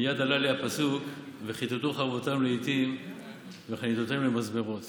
מייד עלה לי הפסוק "וכתתו חרבותם לאתים וחניתותיהם למזמרות".